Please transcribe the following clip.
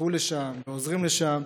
הלכו לשם ועוזרים שם.